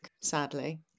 sadly